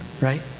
right